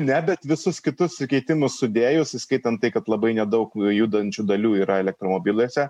ne bet visus kitus sukeitimus sudėjus įskaitant tai kad labai nedaug judančių dalių yra elektromobiliuose